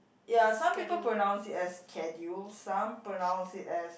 ya some people pronounce it as schedule some pronounce it as